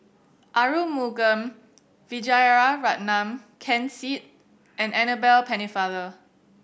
Arumugam Vijiaratnam Ken Seet and Annabel Pennefather